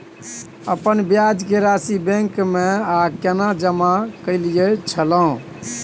अपन ब्याज के राशि बैंक में आ के जमा कैलियै छलौं?